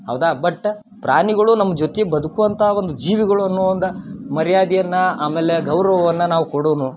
ಹೌದಾ ಬಟ್ ಪ್ರಾಣಿಗಳು ನಮ್ಮ ಜೊತೆ ಬದುಕುವಂಥ ಒಂದು ಜೀವಿಗಳು ಅನ್ನೋ ಒಂದು ಮರ್ಯಾದೆಯನ್ನು ಆಮೇಲೆ ಗೌರವವನ್ನು ನಾವು ಕೊಡೋಣ